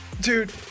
dude